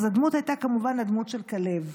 הדמות הייתה כמובן הדמות של כלב.